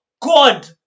god